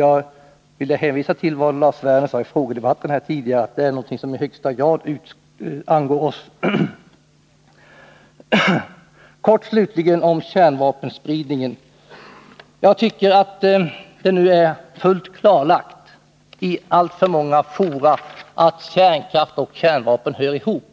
Jag hänvisar till vad Lars Werner sade tidigare i frågedebatten: Det är någonting som i högsta grad angår oss. Kort slutligen om kärnvapenspridningen! Jag tycker att det nu är fullt klarlagt i alltför många fora att kärnkraft och kärnvapen hör ihop.